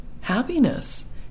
happiness